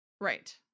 Right